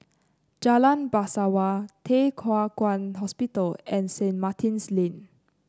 Jalan Bangsawan Thye Hua Kwan Hospital and Saint Martin's Lane